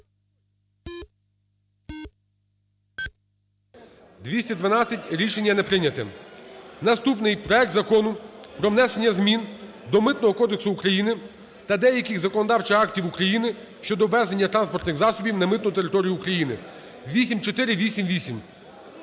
За-212 Рішення не прийнято. Наступний – проект Закону про внесення змін до Митного кодексу України та деяких законодавчих актів України щодо ввезення транспортних засобів на митну територію України (8488).